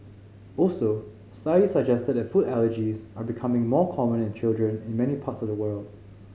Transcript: also studies suggest that food allergies are becoming more common in children in many parts of the world